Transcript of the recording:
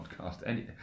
podcast